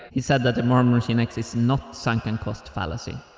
he said that the marble machine x is not sunken cost fallacy.